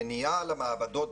המניעה למעבדות,